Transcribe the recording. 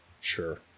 sure